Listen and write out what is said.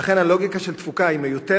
ולכן, הלוגיקה של תפוקה היא מיותרת.